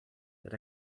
that